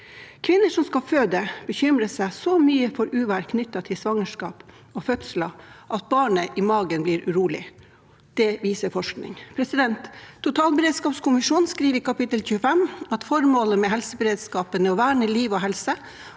Kvinner som skal føde, bekymrer seg så mye for uvær knyttet til svangerskap og fødsler at barnet i magen blir urolig – det viser forskning. Totalberedskapskommisjonen skriver i kapittel 25: «Formålet med helseberedskapen er å verne liv og helse